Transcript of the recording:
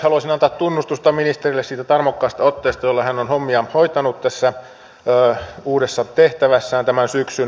haluaisin antaa tunnustusta ministerille siitä tarmokkaasta otteesta jolla hän on hommiaan hoitanut tässä uudessa tehtävässään tämän syksyn